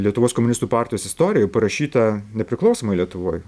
lietuvos komunistų partijos istoriją jau parašytą nepriklausomoj lietuvoj